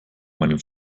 meinem